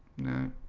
no